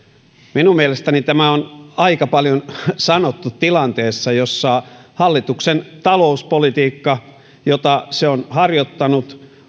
minun mielestäni tämä on aika paljon sanottu tilanteessa jossa hallituksen talouspolitiikka jota se on harjoittanut